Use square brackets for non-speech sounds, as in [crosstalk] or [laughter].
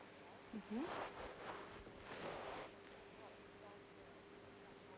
mmhmm [noise]